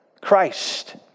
Christ